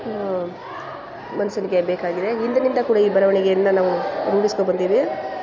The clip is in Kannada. ಮನುಷ್ಯನಿಗೆ ಬೇಕಾಗಿದೆ ಹಿಂದಿನಿಂದ ಕೂಡ ಈ ಬರವಣಿಗೆಯನ್ನು ನಾವು ರೂಢಿಸ್ಕ ಬಂದೀವಿ